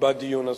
בדיון הזה.